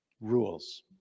rules